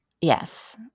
Yes